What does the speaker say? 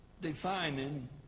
defining